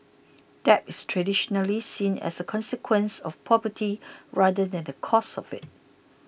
debt is traditionally seen as a consequence of poverty rather than a cause of it